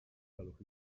gwelwch